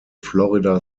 florida